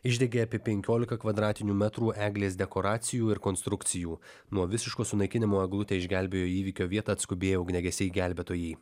išdegė apie penkiolika kvadratinių metrų eglės dekoracijų ir konstrukcijų nuo visiško sunaikinimo eglutę išgelbėjo į įvykio vietą atskubėję ugniagesiai gelbėtojai